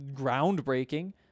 groundbreaking